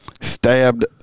stabbed